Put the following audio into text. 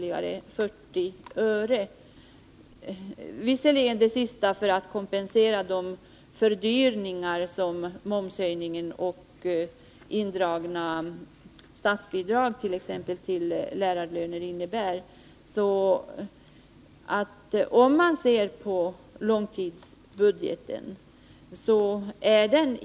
Visserligen var man tvungen att göra det för att kompensera de fördyringar som blir en följd av momshöjningen och indragna statsbidrag för t.ex. lärarlöner, men man kan ändå inte säga att långtidsbudgeten ser ljus ut.